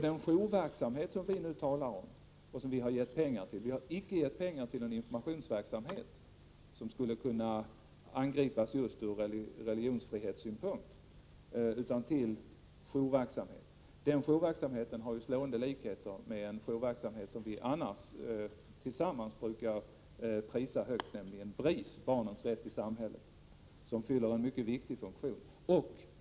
Den jourverksamhet som vi nu talar om och som vi har gett pengar till — vi har icke gett pengar till någon informationsverksamhet som skulle kunna angripas just från religionsfrihetssynpunkt — har slående likheter med en jourverksamhet som vi annars tillsammans brukar prisa högt, nämligen BRIS, Barnens rätt i samhället. Den organisationen fyller en mycket viktig funktion.